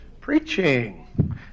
Preaching